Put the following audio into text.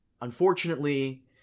Unfortunately